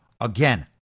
again